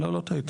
לא, לא טעיתי.